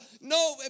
no